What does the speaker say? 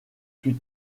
plus